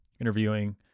interviewing